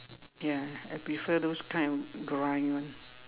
ya I prefer those kind of grind one